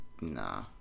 Nah